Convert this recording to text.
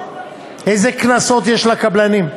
איזה קנסות יש לקבלנים?